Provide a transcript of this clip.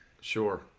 Sure